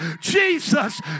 Jesus